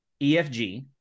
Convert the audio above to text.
EFG